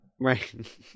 right